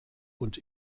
und